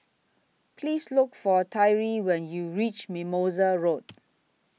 Please Look For Tyree when YOU REACH Mimosa Road